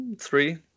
Three